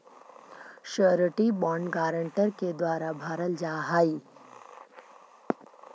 surety bond guarantor के द्वारा भरल जा हइ